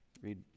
Read